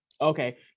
Okay